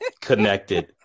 connected